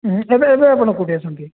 ହୁଁ ଏବେ ଏବେ ଆପଣ କୋଉଠି ଅଛନ୍ତି